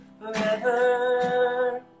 forever